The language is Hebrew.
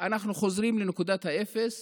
אנחנו חוזרים לנקודת האפס